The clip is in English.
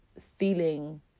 feeling